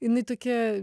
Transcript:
jinai tokia